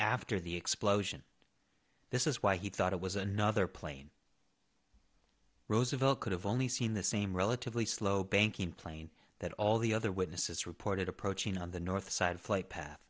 after the explosion this is why he thought it was another plane roosevelt could have only seen the same relatively slow banky plane that all the other witnesses reported approaching on the north side flight path